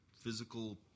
physical